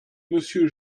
monsieur